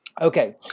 Okay